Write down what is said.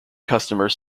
customers